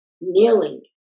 kneeling